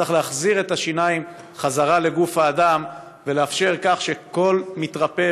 צריך להחזיר את השיניים לגוף האדם ולאפשר שכל מתרפא